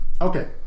Okay